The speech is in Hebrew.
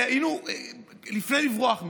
והיו דחפים לברוח משם.